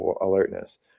alertness